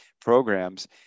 programs